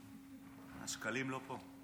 שקלים לא פה.